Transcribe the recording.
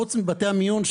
חוץ מחדרי המיון,